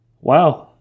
Wow